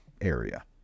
area